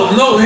no